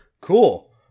cool